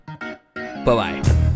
Bye-bye